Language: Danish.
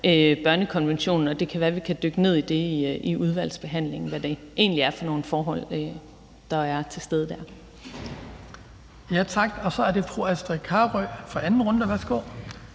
børnekonventionen, og det kan være, at vi kan dykke ned i det i udvalgsbehandlingen, altså hvad det egentlig er for nogle forhold, der er til stede der. Kl. 18:45 Den fg. formand (Hans